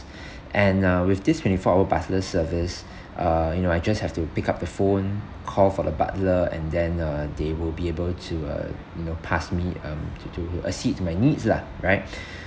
and uh with this twenty four hour butler service uh you know I just have to pick up the phone call for the butler and then uh they will be able to uh you know pass me um to do assist to my needs lah right